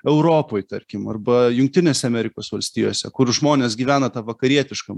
europoj tarkim arba jungtinėse amerikos valstijose kur žmonės gyvena tą vakarietišką